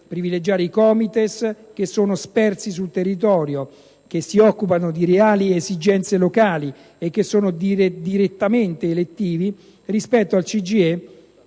privilegiare i Comites, che sono diffusi sul territorio, che si occupano di reali esigenze locali e che sono direttamente elettivi, rispetto al CGIE,